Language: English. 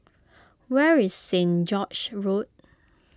where is Saint George's Road